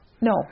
no